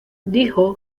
dijo